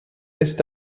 ist